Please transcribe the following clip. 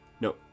No